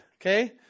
okay